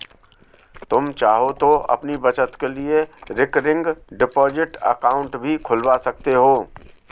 तुम चाहो तो अपनी बचत के लिए रिकरिंग डिपॉजिट अकाउंट भी खुलवा सकते हो